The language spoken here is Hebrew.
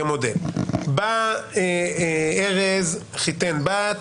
בא ארז, חיתן בת,